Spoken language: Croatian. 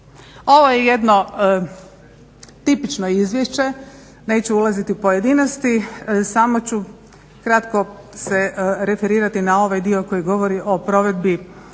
Ovo je jedno tipično izvješće, neću ulaziti u pojedinosti, samo ću kratko se referirati na ovaj dio koji govori o provedbi dokumenta